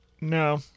No